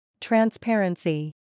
Transparency